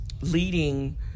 leading